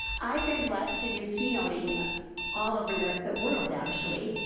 i've been blessed to do keynoting all over the the world, actually,